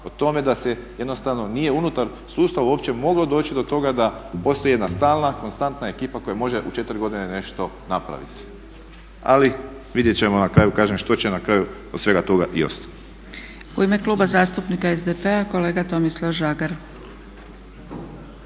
o tome da se jednostavno nije unutar sustava uopće moglo doći do toga da postoji jedna stalna konstantna ekipa koja može u 4 godine nešto napraviti. Ali vidjet ćemo na kraju, što će na kraju od svega toga i ostati. **Zgrebec, Dragica (SDP)** U ime Kluba zastupnika SDP-a kolega Tomislav Žagar.